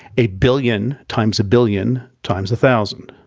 a billion times a billion times a thousand.